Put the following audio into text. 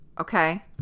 okay